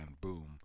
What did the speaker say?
boom